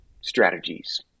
strategies